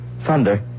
thunder